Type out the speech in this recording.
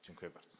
Dziękuję bardzo.